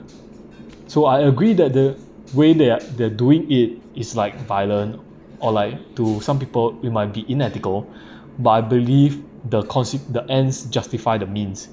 so I agree that the way they are the doing it is like violent or like to some people it might be inethical but I believe the conse~ the ends justify the means